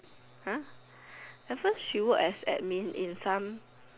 !huh! at first she work as admin at some